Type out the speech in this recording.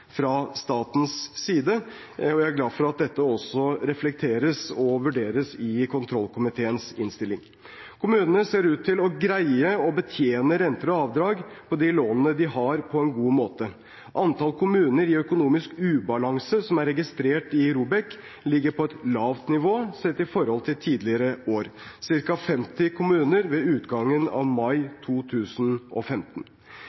fra statens side. Jeg er glad for at dette også reflekteres og vurderes i kontrollkomiteens innstilling. Kommunene ser ut til å greie å betjene renter og avdrag på de lånene de har, på en god måte. Antall kommuner i økonomisk ubalanse som er registrert i ROBEK, ligger på et lavt nivå sett i forhold til tidligere år, ca. 50 kommuner ved utgangen av mai 2015.